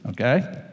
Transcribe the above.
okay